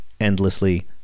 endlessly